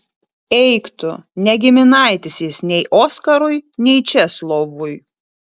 eik tu ne giminaitis jis nei oskarui nei česlovui